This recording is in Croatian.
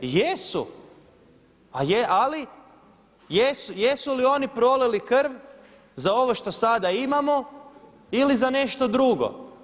Jesu, ali jesu li oni prolili krv za ovo što sada imamo ili za nešto drugo?